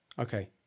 Okay